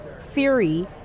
theory